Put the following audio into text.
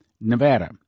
Nevada